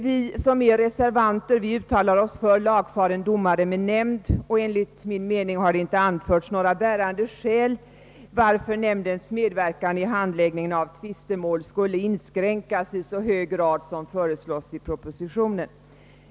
Vi som avgivit reservationen 3 uttalar oss för lagfaren domare med nämnd, och enligt min mening har det inte anförts några bärande skäl för att nämndens medverkan i handläggningen av tvistemål skulle inskränkas i så hög grad som föreslås i propositionen.